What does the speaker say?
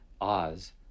Oz